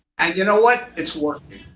and you know what? it's working.